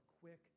quick